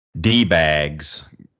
D-bags